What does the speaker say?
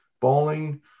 bowling